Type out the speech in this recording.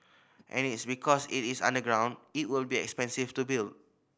and its because it is underground it will be expensive to build